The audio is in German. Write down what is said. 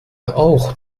auch